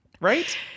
Right